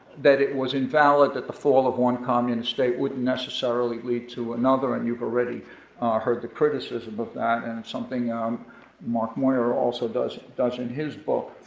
that it was invalid that the fall of one communist state wouldn't necessarily lead to another, and you've already heard the criticism of that. and it's something mark moyar also does does in his book.